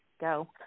go